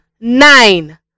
nine